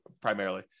primarily